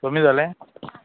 कमी जालें